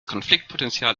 konfliktpotenzial